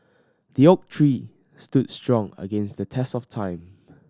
the oak tree stood strong against the test of time